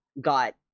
got